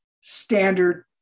standard